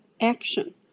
action